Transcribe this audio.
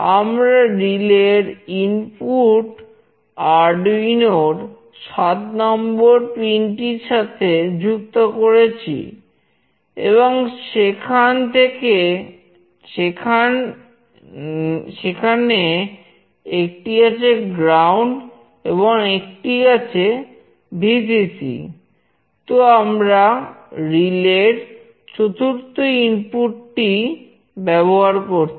আমরা রিলে টি ব্যবহার করছি